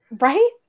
right